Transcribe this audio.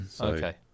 okay